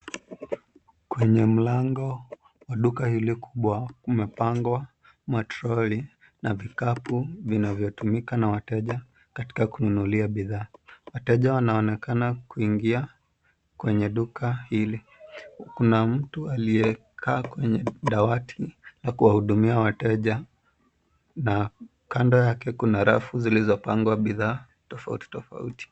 Kwenye mlango wa duka iliyo kubwa umepangwa matroli na vikapu vinavyo tumika na wateja katika kununulia bidhaa. Wateja wanaonekana kuingia kwenye duka hili. Kuna mtu aliyekaa kwenye dawati na kuwahudumia wateja na kando yake kuna rafu zilizo pangwa bidhaa tofauti tofauti.